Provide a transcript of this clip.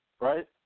right